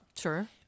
Sure